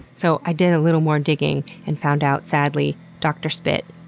so i did a little more digging and found out, sadly, dr. spit,